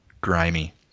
grimy